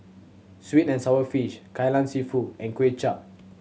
sweet and sour fish Kai Lan Seafood and Kuay Chap